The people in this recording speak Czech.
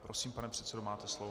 Prosím, pane předsedo, máte slovo.